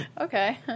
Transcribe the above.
okay